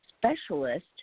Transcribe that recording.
specialist